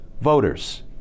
voters